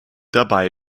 dabei